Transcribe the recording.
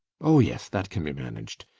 oh yes, that can be managed.